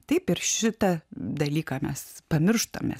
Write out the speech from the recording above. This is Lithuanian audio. taip ir šitą dalyką mes pamirštame